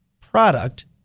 product